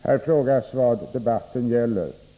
Herr talman! Det frågas vad debatten gäller.